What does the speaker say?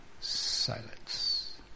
Silence